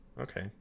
Okay